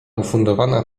ufundowana